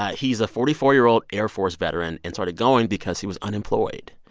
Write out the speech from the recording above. ah he's a forty four year old air force veteran and started going because he was unemployed.